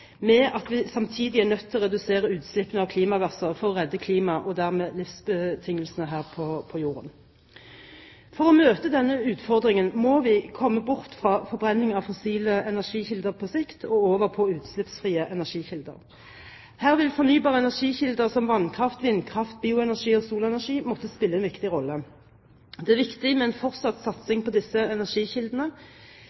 med at vi samtidig er nødt til å redusere utslippene av klimagasser for å redde klimaet, og dermed livsbetingelsene, her på jorden. For å møte denne utfordringen må vi komme bort fra forbrenning av fossile energikilder på sikt og over på utslippsfrie energikilder. Her vil fornybare energikilder som vannkraft, vindkraft, bioenergi og solenergi måtte spille en viktig rolle. Det er viktig med en fortsatt